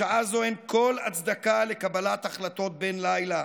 בשעה זו אין כל הצדקה לקבלת החלטות בן לילה,